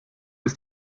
ist